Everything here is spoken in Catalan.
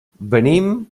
venim